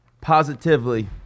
positively